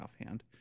offhand